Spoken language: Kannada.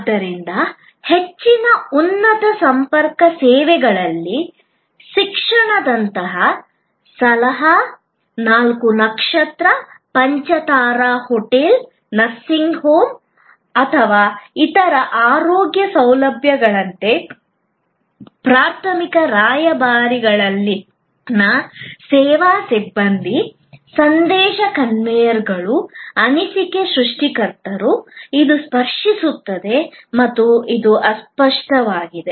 ಆದ್ದರಿಂದ ಹೆಚ್ಚಿನ ಉನ್ನತ ಸಂಪರ್ಕ ಸೇವೆಗಳಲ್ಲಿ ಶಿಕ್ಷಣದಂತಹ ಸಲಹಾ ನಾಲ್ಕು ನಕ್ಷತ್ರ ಪಂಚತಾರಾ ಹೋಟೆಲ್ ನರ್ಸಿಂಗ್ ಹೋಮ್ ಅಥವಾ ಇತರ ಆರೋಗ್ಯ ಸೌಲಭ್ಯಗಳಂತೆ ಪ್ರಾಥಮಿಕ ರಾಯಭಾರಿಗಳಲ್ಲಿನ ಸೇವಾ ಸಿಬ್ಬಂದಿ ಸಂದೇಶ ಕನ್ವೇಯರ್ಗಳು ಅನಿಸಿಕೆ ಸೃಷ್ಟಿಕರ್ತರು ಇದು ಸ್ಪರ್ಶಿಸುತ್ತದೆ ಮತ್ತು ಇದು ಅಸ್ಪಷ್ಟವಾಗಿದೆ